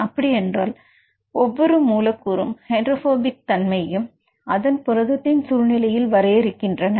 அப்படி என்றால் ஒவ்வொரு மூலக்கூறும் ஹைட்ரோபோபிக் தன்மையை அதன் புரதத்தின் சூழ்நிலையில் வரையறுக்கின்றன